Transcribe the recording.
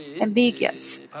ambiguous